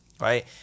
Right